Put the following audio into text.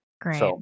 Great